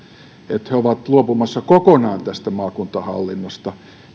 tehdään he ovat luopumassa kokonaan maakuntahallinnosta